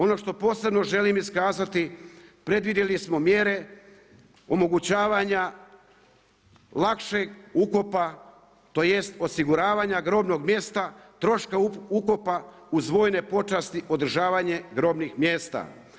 Ono što posebno želim iskazati, predvidjeli smo mjere omogućavanja lakšeg ukopa, tj. osiguravanja grobnog mjesta, troška ukopa uz vojne počasti, održavanje grobnih mjesta.